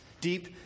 deep